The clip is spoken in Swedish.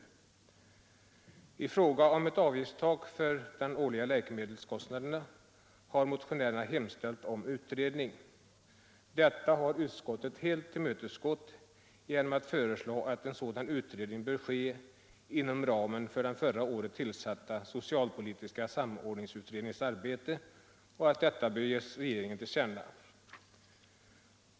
I fråga om ett avgiftstak för de årliga läkemedelskostnaderna har motionärerna hemställt om en utredning. Detta har utskottet helt tillmötesgått genom att föreslå att en sådan utredning bör ske inom ramen för den förra året tillsatta socialpolitiska samordningsutredningens arbete och att detta bör ges regeringen till känna.